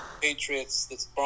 Patriots